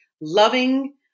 loving